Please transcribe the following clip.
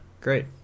Great